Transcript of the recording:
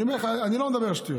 אני אומר לך, אני לא מדבר שטויות.